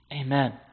Amen